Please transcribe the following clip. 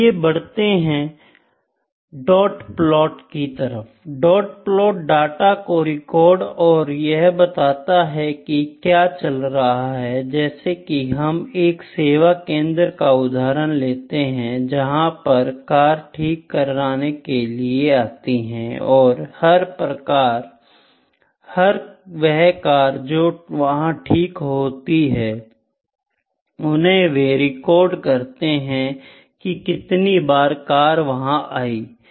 चलिए बढ़ते हैं डॉट प्लॉट की तरफ डॉट प्लॉट डाटा को रिकॉर्ड और यह बताता है कि क्या चल रहा है जैसे कि हम एक सेवा केंद्र का उदाहरण लेते हैं जहां पर कार ठीक कराने के लिए आती हैं और हर वह कार जो वह ठीक करते हैं उन्हें वे रिकॉर्ड करते हैं की कितनी कार वहां आई है